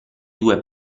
due